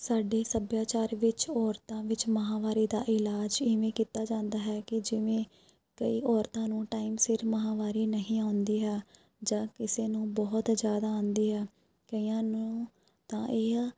ਸਾਡੇ ਸੱਭਿਆਚਾਰ ਵਿੱਚ ਔਰਤਾਂ ਵਿੱਚ ਮਹਾਂਮਾਰੀ ਦਾ ਇਲਾਜ ਇਵੇਂ ਕੀਤਾ ਜਾਂਦਾ ਹੈ ਕੀ ਜਿਵੇਂ ਕਈ ਔਰਤਾਂ ਨੂੰ ਟਾਈਮ ਸਿਰ ਮਹਾਂਵਾਰੀ ਨਹੀਂ ਆਉਂਦੀ ਹੈ ਜਾਂ ਕਿਸੇ ਨੂੰ ਬਹੁਤ ਜ਼ਿਆਦਾ ਆਉਂਦੀ ਆ ਕਈਆਂ ਨੂੰ ਤਾਂ ਇਹ